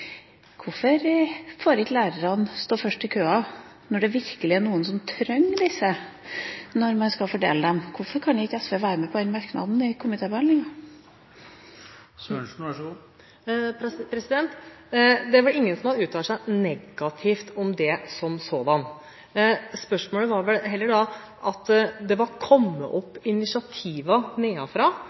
Hvorfor får ikke lærerne stå først i køen når det virkelig er noen som trenger disse, når man skal fordele dem? Hvorfor kunne ikke SV være med på denne merknaden i komitébehandlinga? Det er vel ingen som har uttalt seg negativt om det som sådan. Spørsmålet var vel heller at det var kommet opp